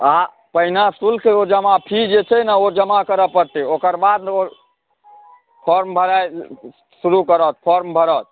आ पहिने शुल्क जमा फी जे छै ने ओ जमा करऽ पड़तै ओकर बाद ने फॉर्म भराए शुरू करत फॉर्म भरत